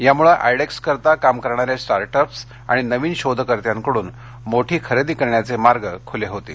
यामुळे आयडेक्सकरिता काम करणारे स्टार्टअप्स आणि नवीन शोधकर्त्यांकडून मोठी खरेदी करण्याचे मार्ग खुले होतील